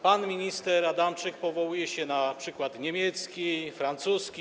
Pan minister Adamczyk powołuje się na przykład niemiecki, francuski.